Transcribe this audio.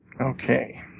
Okay